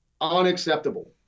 Unacceptable